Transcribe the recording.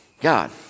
God